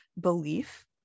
belief